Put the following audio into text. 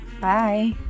Bye